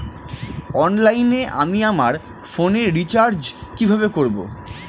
অনলাইনে আমি আমার ফোনে রিচার্জ কিভাবে করব?